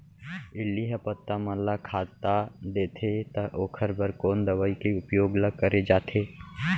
इल्ली ह पत्ता मन ला खाता देथे त ओखर बर कोन दवई के उपयोग ल करे जाथे?